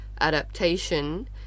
adaptation